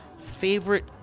favorite